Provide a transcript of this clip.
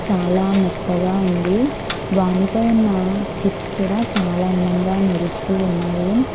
చాలా మెత్తగా ఉంది వానిపై ఉన్న చిప్స్ కూడా చాలా అందంగా మెరుస్తూ ఉన్నాయి